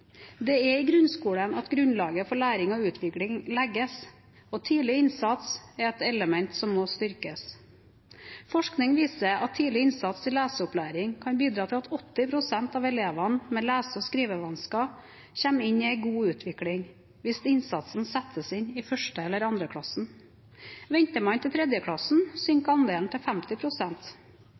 Det er i grunnskolen at grunnlaget for læring og utvikling legges, og tidlig innsats er et element som må styrkes. Forskning viser at tidlig innsats i leseopplæringen kan bidra til at 80 pst. av elevene med lese- og skrivevansker kommer inn i en god utvikling hvis innsatsen settes inn i første eller andre klasse. Venter man til tredje klasse, synker andelen til